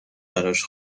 براش